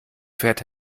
pferd